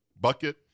bucket